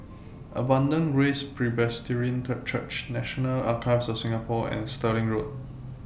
Abundant Grace Presbyterian Church National Archives of Singapore and Stirling Road